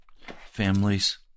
families